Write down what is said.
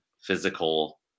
physical